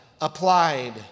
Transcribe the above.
applied